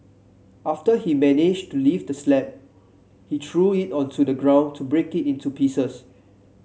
after he managed to lift the slab he threw it onto the ground to break it into pieces